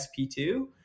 SP2